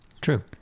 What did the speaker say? True